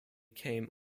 came